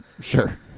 Sure